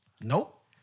Nope